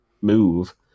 move